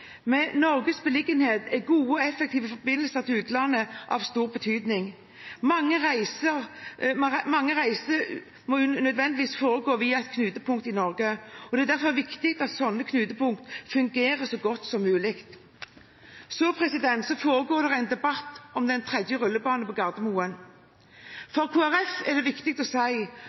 Med Norges beliggenhet er gode og effektive forbindelser til utlandet av stor betydning. Mange reiser må nødvendigvis foregå via et knutepunkt i Norge, og det er derfor viktig at slike knutepunkt fungerer så godt som mulig. Det foregår en debatt om en tredje rullebane på Gardermoen. For Kristelig Folkeparti er det viktig å si